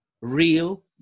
real